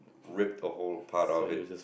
ripped the whole part of it